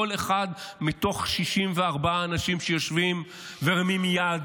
כל אחד מתוך 64 האנשים שיושבים ומרימים יד,